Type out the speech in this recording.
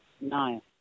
no